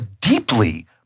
deeply